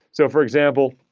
so, for example,